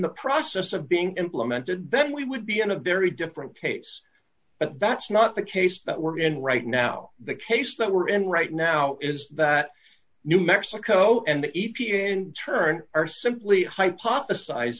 the process of being implemented then we would be in a very different case but that's not the case that we're in right now the case that we're in right now is that new mexico and the e p a in turn are simply hypothesiz